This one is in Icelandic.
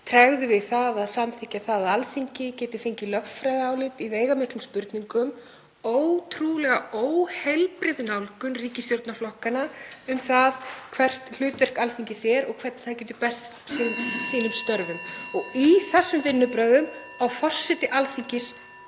tregðu við að samþykkja það að Alþingi geti fengið lögfræðiálit í veigamiklum spurningum. Þetta er ótrúlega óheilbrigð nálgun ríkisstjórnarflokkanna á það hvert hlutverk Alþingis er og hvernig það geti best sinnt sínum störfum og í þessum vinnubrögðum á forseti Alþingis